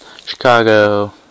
Chicago